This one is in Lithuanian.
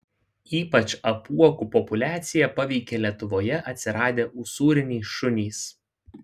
ypač apuokų populiaciją paveikė lietuvoje atsiradę usūriniai šunys